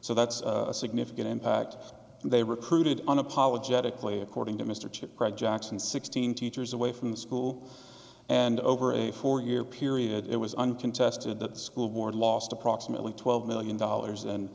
so that's a significant impact and they recruited unapologetically according to mr chip read jackson sixteen teachers away from the school and over a four year period it was uncontested that school board lost approximately twelve million dollars and